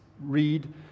read